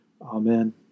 Amen